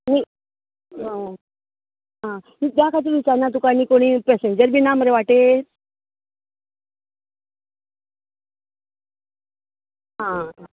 न्ही आं त्या खातीर विचारना तुका आनी कोणीय पेसेंजर बी ना मर वाटेर हां